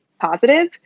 positive